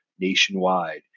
nationwide